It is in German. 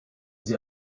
sie